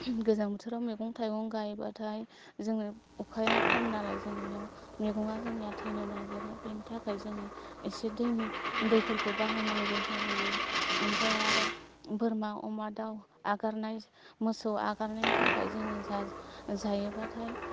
गोजां बोथोराव मैगं थायगं गाइयोबाथाय जोङो अखाया खम नालाय जों एयाव मैगङा जोंनिया थैनो नागिरो बेनि थाखाय जोङो एसे दैनि दैफोरखौ बाहायनांगौ जाहैयो ओमफ्राय आरो बोरमा अमा दाव हगारनाय मोसौ हगारनायनि थाखाय जोङो जा जायोबाथाय